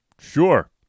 sure